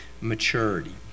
maturity